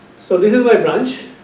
so, this is my branch,